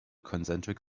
concentric